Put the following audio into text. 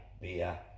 beer